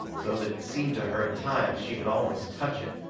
so that it seemed to her at times she could almost touch it.